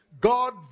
God